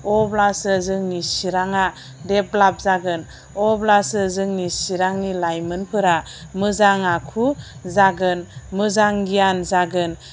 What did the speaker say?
अब्लासो जोंनि चिराङा डेभलाप जागोन अब्लासो जोंनि चिरांनि लाइमोनफोरा मोजां आखु जागोन मोजां गियान जागोन